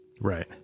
right